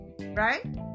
right